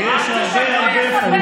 תלמדו לכבד.